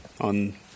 on